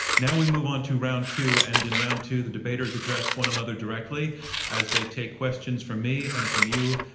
now, we move on to round two and, in round two, the debaters address one another directly as they take questions from me and from you,